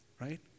Right